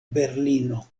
berlino